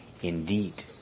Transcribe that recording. indeed